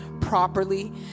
properly